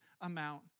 amount